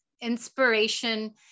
inspiration